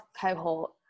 cohort